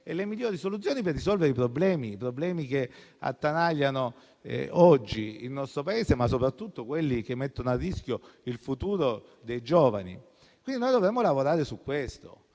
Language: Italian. e le migliori soluzioni per risolvere i problemi che attanagliano oggi il nostro Paese, ma soprattutto quelli che mettono a rischio il futuro dei giovani. Dovremmo quindi lavorare su questo,